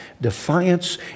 defiance